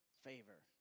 favor